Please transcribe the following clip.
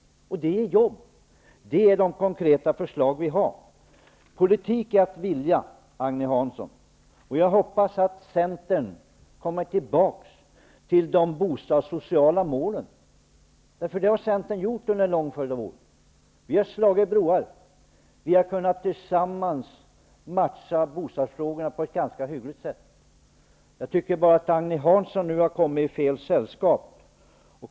Det betyder jobb. Det är de konkreta förslag som vi har. Politik är att vilja, Agne Hansson. Jag hoppas att Centern kommer tillbaka till de bostadssociala målen. Sådana mål har Centern haft under en lång följd av år. Vi har slagit broar. Vi har tillsammans kunnat matcha bostadsfrågorna på ett ganska hyggligt sätt. Jag tycker bara att Agne Hansson nu har kommit i fel sällskap.